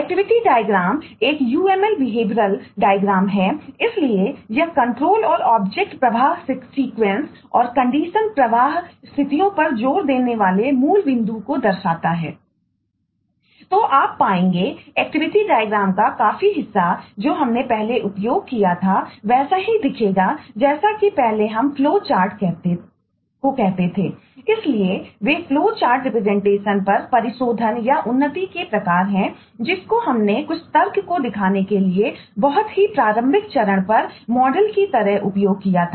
activity डायग्रामकी तरह उपयोग किया था